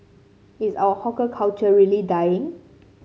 is our hawker culture really dying